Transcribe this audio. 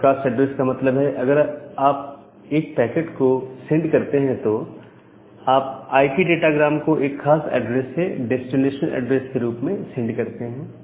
broadcast address का मतलब है अगर आप एक पैकेट सेंड करते हैं तो आप आईपी डाटा ग्राम को एक खास एड्रेस के साथ डेस्टिनेशन एड्रेस के रूप में सेंड करते हैं